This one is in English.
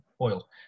oil